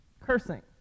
Cursing